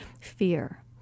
fear